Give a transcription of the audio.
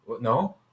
No